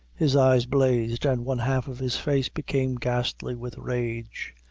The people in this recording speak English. his eyes blazed, and one half of his face became ghastly with rage.